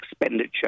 expenditure